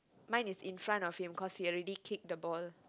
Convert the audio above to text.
mine is in front of him cause he already kick the ball